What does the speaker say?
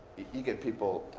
you get people